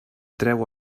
trau